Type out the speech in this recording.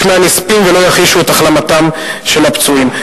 מהנספים ולא יחישו את החלמתם של הפצועים.